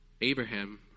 Abraham